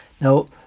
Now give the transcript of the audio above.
now